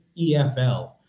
EFL